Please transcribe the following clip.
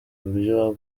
buryo